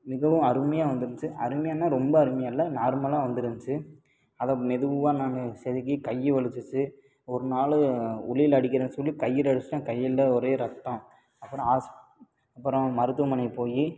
மிகவும் அருமையாக வந்துருந்துச்சி அருமையானா ரொம்ப அருமையாக இல்லை நார்மலாக வந்துருந்துச்சி அதை மெதுவாக நான் செதுக்கி கை வலிச்சுச்சி ஒரு நாள் உளியில் அடிக்கிறேன் சொல்லி கையில் அடிச்சுட்டேன் கையெல்லாம் ஒரே ரத்தம் அப்புறம் அப்புறம் மருத்துவமனை போய்